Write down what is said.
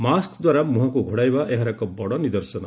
ମାସ୍କଦ୍ୱାରା ମୁହଁକୁ ଘୋଡ଼ାଇବା ଏହାର ଏକ ବଡ଼ ନିଦର୍ଶନ